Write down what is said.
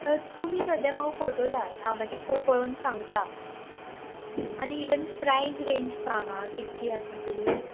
तुमी सद्द्यां म्हाका फोटो धाड हांव मागी पो पोळोन सांगता आनी इवन प्रायस रेंज सांग आं कितकी आसा ती